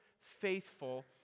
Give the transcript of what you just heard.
faithful